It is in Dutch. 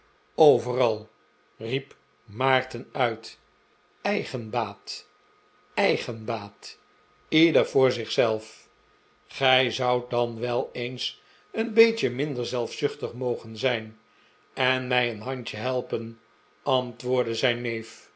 overal riep maarten uit eigenbaat eigenbaat ieder voor zich zelf gij zoudt dan wel eens een beetje minder zelfzuchtig mogen zijn en mij een handje helpen antwoordde zijn neef